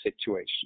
situation